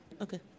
Okay